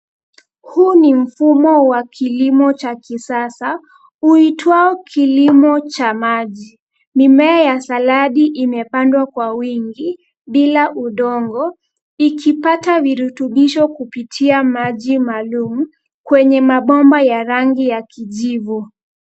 Huu ni mfumo wa kilimo cha kisasa uitwao kilimo cha maji. Mimea ya saladi imepandwa kwa wingi bila udongo ikipata virutubisho kupitia maji maalum kwenye mabomba ya rangi ya kijivu.